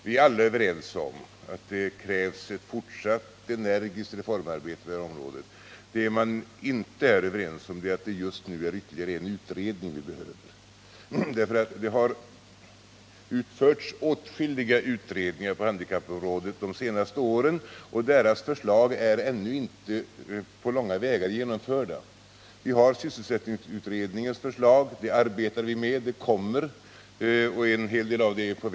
Vi är alla överens om att det krävs ett fortsatt energiskt reformarbete på det här området. Det man inte är överens om är att det nu behövs ytterligare en utredning. Det har under de senaste åren gjorts åtskilliga utredningar på handikappområdet, men deras förslag är ännu långt ifrån genomförda. Vi har sysselsättningsutredningens förslag som vi arbetar med. Det kommer. En hel del är snart klart.